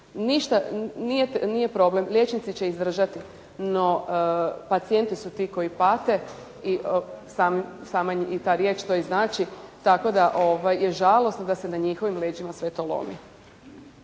Ništa nije problem, liječnici će izdržati, no pacijenti su ti koji pate i sama ta riječ to i znači, tako da je žalosno da se na njihovim leđima sve to lomi.